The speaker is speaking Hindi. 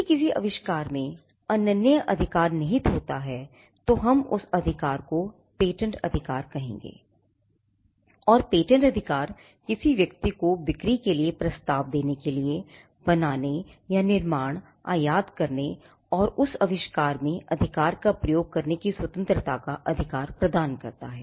यदि किसी आविष्कार में अनन्य अधिकार निहित होता है तो हम उस अधिकार को पेटेंट अधिकार कहेंगे और पेटेंट अधिकार किसी व्यक्ति को बिक्री के लिए प्रस्ताव देने के लिए बनाने या निर्माण आयात करने और उस आविष्कार में अधिकार का उपयोग करने की स्वतंत्रता का अधिकार प्रदान करता है